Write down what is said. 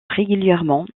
régulièrement